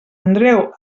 andreu